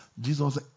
Jesus